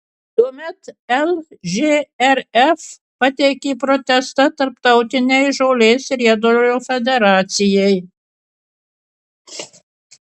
tuomet lžrf pateikė protestą tarptautinei žolės riedulio federacijai